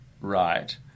right